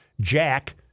Jack